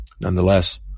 Nonetheless